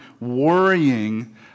worrying